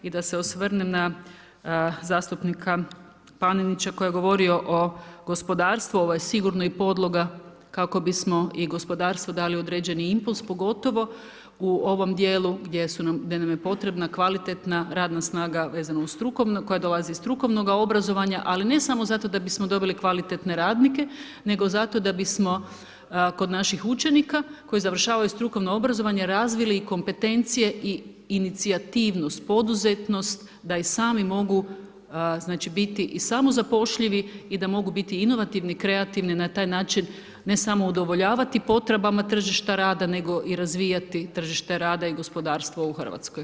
I da se osvrnem na zastupnika Panenića koji je govorio o gospodarstvu, ovo je sigurno i podloga kako bismo i gospodarstvu dali određeni impuls pogotovo u ovom dijelu gdje nam je potrebna kvalitetna radna snaga vezano uz strukovnu, koja dolazi iz strukovnoga obrazovanja ali ne samo zato da bismo dobili kvalitetne radnike nego zato da bismo kod naših učenika koji završavaju strukovno obrazovanje razvili i kompetencije i inicijativnost, poduzetnost da i sami mogu znači biti i samozapošljivi i da mogu biti inovativni, kreativni, na taj način ne samo udovoljavati potrebama tržišta rada nego i razvijati tržište rada i gospodarstvo u Hrvatskoj.